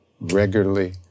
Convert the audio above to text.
regularly